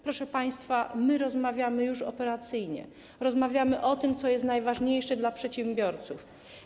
Proszę państwa, my rozmawiamy już operacyjnie, rozmawiamy o tym, co jest najważniejsze dla przedsiębiorców.